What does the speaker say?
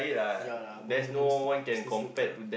ya lah both of them s~ it's the same lah